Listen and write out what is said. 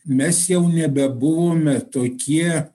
mes jau nebebuvome tokie